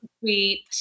sweet